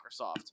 microsoft